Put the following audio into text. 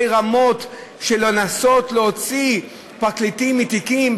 רמות של לנסות להוציא פרקליטים מתיקים,